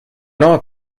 not